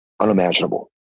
unimaginable